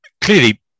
Clearly